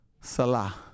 Salah